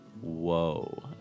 whoa